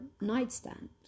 nightstand